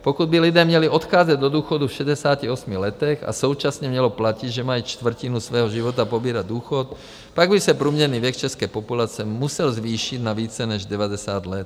Pokud by lidé měli odcházet do důchodu v 68 letech a současně mělo platit, že mají čtvrtinu svého života pobírat důchod, pak by se průměrný věk české populace musel zvýšit na více než 90 let.